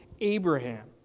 Abraham